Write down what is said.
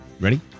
Ready